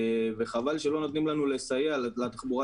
חבל שלא נותנים לנו לסייע לתחבורה